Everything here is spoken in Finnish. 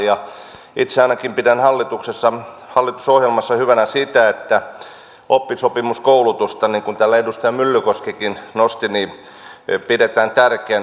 itse ainakin pidän hallitusohjelmassa hyvänä sitä että oppisopimuskoulutusta niin kuin täällä edustaja myllykoskikin nosti pidetään tärkeänä